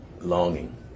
longing